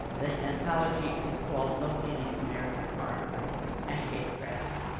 the anthology is called locating american art by ashgate press,